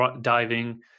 diving